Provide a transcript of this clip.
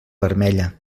vermella